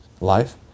life